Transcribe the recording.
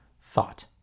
thought